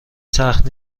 سخت